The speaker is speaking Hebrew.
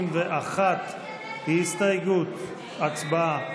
31, הצבעה.